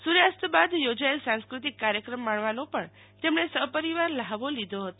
સુર્યાસ્ત બાગ યોજાયેલ સાંસ્કૃતિક કાર્યક્રમ માણવાનો પણ તેમણે સહપરિવાર લ્હાવો લીધો હતો